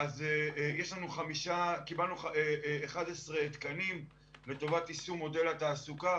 קיבלנו 11 תקנים לטובת יישום מודל התעסוקה.